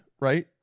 right